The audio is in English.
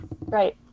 Right